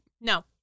No